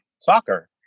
soccer